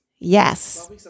Yes